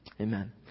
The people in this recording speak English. Amen